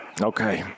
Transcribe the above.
Okay